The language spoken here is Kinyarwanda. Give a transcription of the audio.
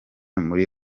muri